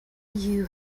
you